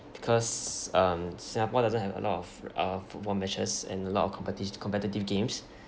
because um singapore doesn't have a lot of uh football matches and a lot of competition competitive games